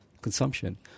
consumption